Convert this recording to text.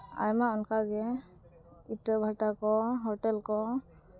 ᱟᱭᱢᱟ ᱚᱱᱠᱟᱜᱮ ᱤᱴᱟᱹ ᱵᱷᱟᱴᱟ ᱠᱚ ᱦᱳᱴᱮᱞ ᱠᱚ